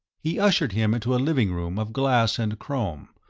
he ushered him into a living room of glass and chrome,